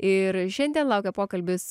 ir šiandien laukia pokalbis